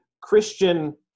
Christian